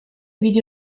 video